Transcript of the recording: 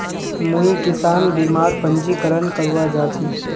मुई किसान बीमार पंजीकरण करवा जा छि